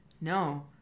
no